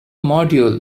module